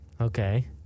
Okay